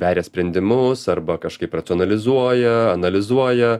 beria sprendimus arba kažkaip racionalizuoja analizuoja